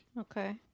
okay